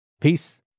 Peace